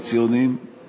הקואליציוניים,